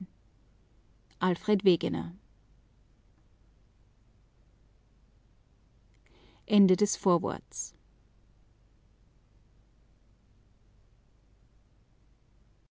sich wegen des